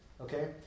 Okay